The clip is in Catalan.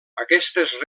aquestes